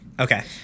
Okay